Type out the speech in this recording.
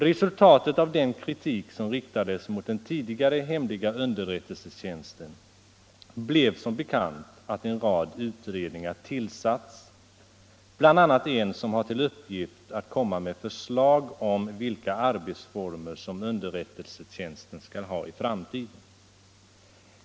Resultatet av den kritik som riktades mot den tidigare hemliga underrättelsetjänsten blev som bekant att en rad utredningar tillsattes, bl.a. en som har till uppgift att komma med förslag till vilka arbetsformer som underrättelsetjänsten skall ha i framtiden.